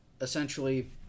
essentially